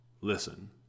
listen